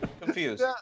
Confused